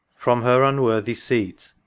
from her unworthy seat,